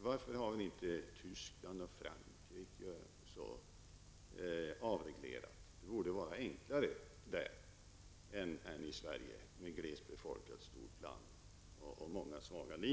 Varför har inte Tyskland och Frankrike avreglerat? Det borde vara enklare där än i Sverige, som är ett glesbebyggt stort land och har många svaga linjer.